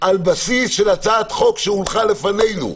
על בסיס של הצעת חוק שהונחה לפנינו.